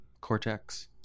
Cortex